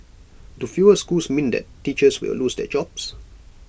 do fewer schools mean that teachers will lose their jobs